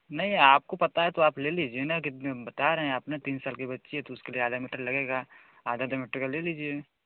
नहीं आपको पता है तो आप ले लीजिए ना कितने हम बता रहे हैं आप ना तीन साल की बच्ची है तो आधा मीटर लगेगा आधा आधा मीटर का ले लीजिए